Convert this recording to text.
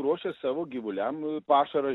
ruošia savo gyvuliam pašarą